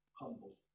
Humble